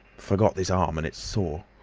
forgot this arm and it's sore.